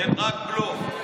הם רק בלוף.